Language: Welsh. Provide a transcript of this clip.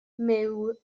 myw